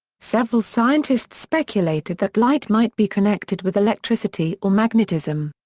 several scientists speculated that light might be connected with electricity or magnetism.